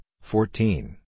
fourteen